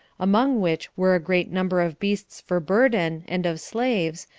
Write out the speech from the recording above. among which were a great number of beasts for burden, and of slaves,